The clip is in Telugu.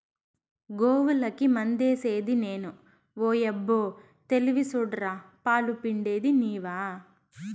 గోవులకి మందేసిది నేను ఓయబ్బో తెలివి సూడరా పాలు పిండేది నీవా